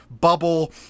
bubble